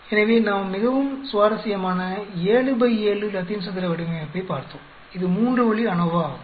எனவே நாம் மிகவும் சுவாரஸ்யமான 7 பை 7 லத்தீன் சதுர வடிவமைப்பைப் பார்த்தோம் இது மூன்று வழி ANOVA ஆகும்